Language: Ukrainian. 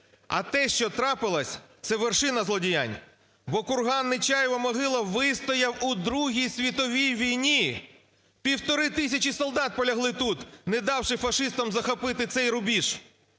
А те, що трапилось, це вершина злодіянь, бо курган "Нечаєва могила" вистояв у Другій світовій війні. Півтори тисячі солдат полягли тут, не давши фашистам захопити цей рубіж.